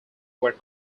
were